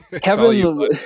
Kevin